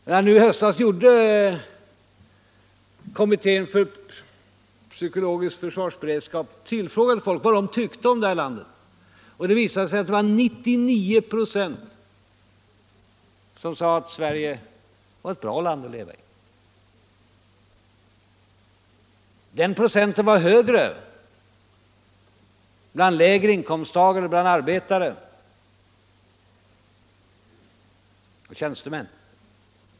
När kommittén för psykologisk försvarsberedskap i höstas tillfrågade folk vad de tyckte om detta land, så visade det sig att 99 96 ansåg att Sverige var ett bra land att leva i. Procenten var högre bland lägre inkomsttagare, arbetare och tjänstemän.